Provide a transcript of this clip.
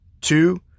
Two